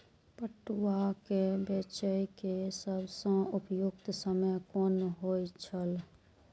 पटुआ केय बेचय केय सबसं उपयुक्त समय कोन होय छल?